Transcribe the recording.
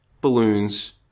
balloons